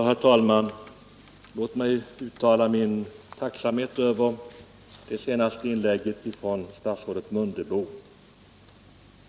Herr talman! Låt mig uttala min tacksamhet för det senaste inlägget från statsrådet Mundebo.